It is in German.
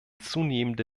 zunehmende